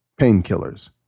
painkillers